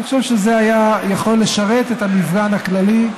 אני חושב שזה היה יכול לשרת את המפגן הכללי.